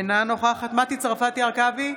אינה נוכחת מטי צרפתי הרכבי,